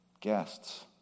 guests